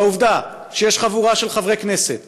והעובדה שיש חבורה של חברי כנסת